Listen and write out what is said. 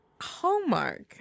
Hallmark